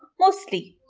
mostly.